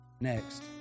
Next